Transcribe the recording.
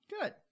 Good